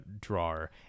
drawer